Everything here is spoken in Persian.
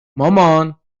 مامان